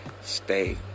Stay